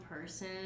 person